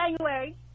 January